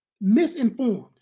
misinformed